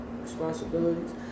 Responsibilities